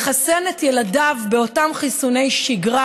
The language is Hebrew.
מחסן את ילדיו באותם חיסוני שגרה.